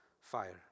fire